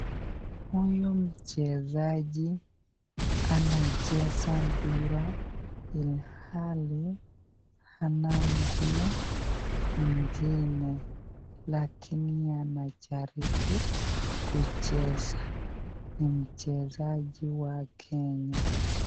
Huyu mchezaji anacheza mpira ilhali hana mguu mwingine lakini anajaribu kucheza. Ni mchezaji wa Kenya.